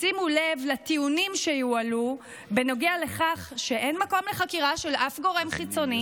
שימו לב לטיעונים שיועלו בנוגע לכך שאין מקום לחקירה של אף גורם חיצוני,